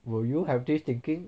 will you have this thinking